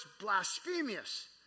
blasphemous